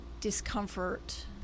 discomfort